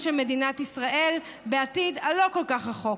של מדינת ישראל בעתיד הלא-כל-כך רחוק.